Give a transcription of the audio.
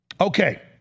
Okay